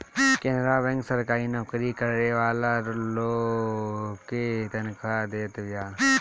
Canara bank सरकारी नोकरी करे वाला लोग के तनखा देत बिया